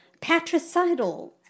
patricidal